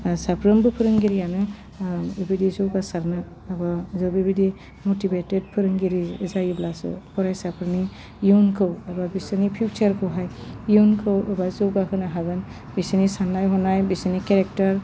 साफ्रोमबो फोरोंगिरियानो बेबायदि जौगासारनो एबा जों बेबायदि मटिबेटेद फोरोंगिरि जायोब्लासो फरायसाफोरनि इयुनखौ एबा बिसोरनि फिउसारखौहाय इयुनखौ एबा जौगाहोनो हागोन बिसिनि सान्नाय हनाय बिसिनि केरेक्टार